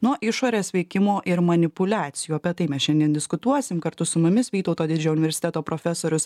nuo išorės veikimo ir manipuliacijų apie tai mes šiandien diskutuosim kartu su mumis vytauto didžiojo universiteto profesorius